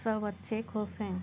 सब अच्छे ख़ुश हैं